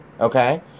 okay